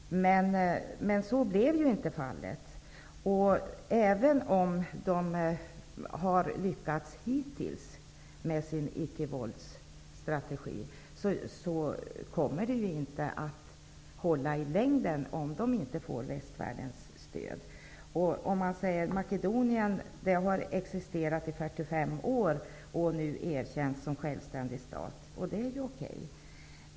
Men så blev inte fallet. Även om man inom LDK hittills har varit framgångsrik med sin icke-våldsstrategi, håller den inte i längden, om man inte får västvärldens stöd. Makedonien har existerat i 45 år och nu erkänts som självständig stat, och det är ju okej.